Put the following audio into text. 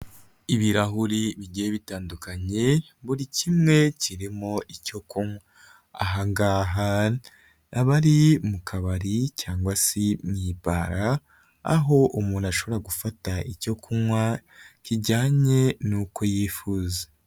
Ibirahuri bigiye bitandukanye, buri kimwe kirimo icyo kunywa. Aha ngaha abari mu kabari cyangwa se mu ibara, aho umuntu ashobora gufata icyo kunywa kijyanye n'uko yifuza.